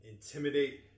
intimidate